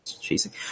chasing